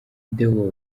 deo